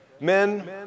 Men